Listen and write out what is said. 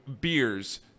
beers